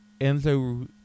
Enzo